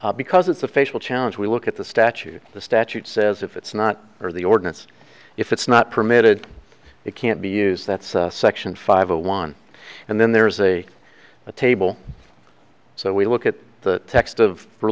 ask because it's a facial challenge we look at the statute the statute says if it's not or the ordinance if it's not permitted it can't be used that's section five a one and then there is a table so we look at the text of